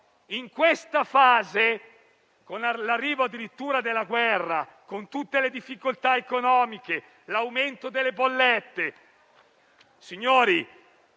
In questa fase, con l'arrivo addirittura della guerra, con tutte le difficoltà economiche e l'aumento delle bollette,